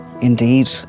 indeed